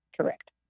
Correct